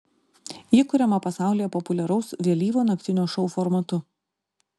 ji kuriama pasaulyje populiaraus vėlyvo naktinio šou formatu